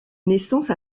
naissance